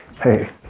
hey